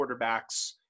quarterbacks